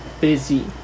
busy